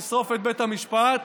נשרוף את בית המשפט,